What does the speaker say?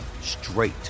straight